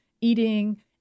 eating